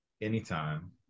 Anytime